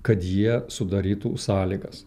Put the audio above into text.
kad jie sudarytų sąlygas